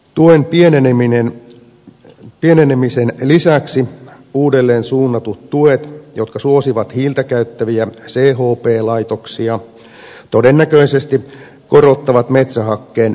tuen pienenemisen lisäksi uudelleen suunnatut tuet jotka suosivat hiiltä käyttäviä chp laitoksia todennäköisesti korottavat metsähakkeen hankintahintaa